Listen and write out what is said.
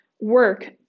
work